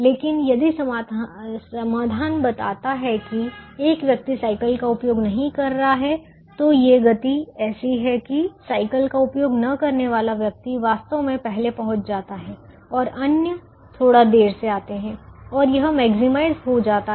लेकिन यदि समाधान बताता है कि एक व्यक्ति साइकिल का उपयोग नहीं कर रहा है तो ये गति ऐसी हैं कि साइकिल का उपयोग न करने वाला व्यक्ति वास्तव में पहले पहुंच जाता है और अन्य थोड़ा देर से आते हैं और यह मैक्सिमाइज हो जाता है